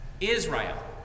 Israel